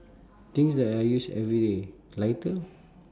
things that I use everyday lighter